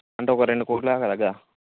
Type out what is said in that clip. అంటే ఒక రెండు కోట్ల దాకా తగ్గదా